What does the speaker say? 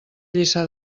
lliçà